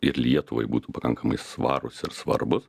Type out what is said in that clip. ir lietuvai būtų pakankamai svarūs ir svarbūs